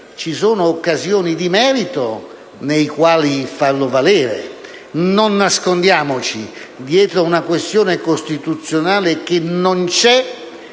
ci sono occasioni di merito nelle quali farlo valere. Non nascondiamoci dietro una questione costituzionale che non c'è